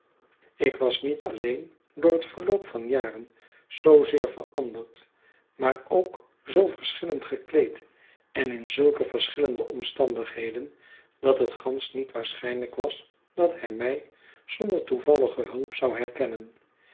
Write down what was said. ik was niet alleen door het verloop van jaren zoozeer verv anderd maar ook zoo verschillend gekieed en in zulke verschillende omstandigheden dat het gansch niet waarschijnlijk was dat hij my zonder toevallige hulp zou herkennen